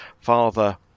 father